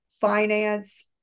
finance